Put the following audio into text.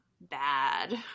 bad